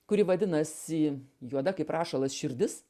kuri vadinasi juoda kaip rašalas širdis